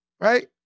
Right